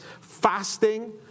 fasting